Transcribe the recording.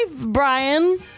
brian